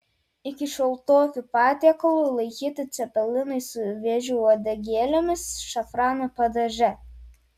iki šiol tokiu patiekalu laikyti cepelinai su vėžių uodegėlėmis šafrano padaže